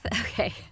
okay